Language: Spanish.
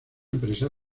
empresa